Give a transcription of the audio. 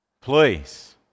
Please